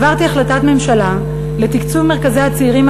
העברתי החלטת ממשלה לתקצוב מרכזי הצעירים